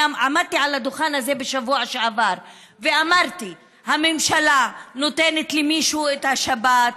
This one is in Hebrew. עמדתי על הדוכן הזה בשבוע שעבר ואמרתי: הממשלה נותנת למישהו את השבת,